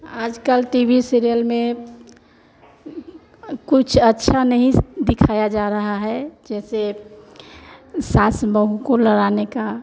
आज कल T V serial में कुछ अच्छा नहीं दिखाया जा रहा जैसे सास बहु का लड़ाने का